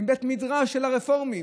מבית מדרש של הרפורמים.